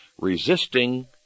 resisting